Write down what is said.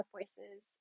voices